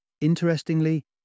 Interestingly